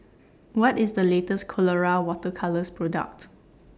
What IS The latest Colora Water Colours Product